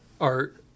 art